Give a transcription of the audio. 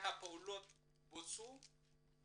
מהפעולות בוצעו,